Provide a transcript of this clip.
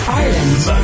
islands